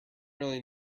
really